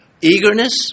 eagerness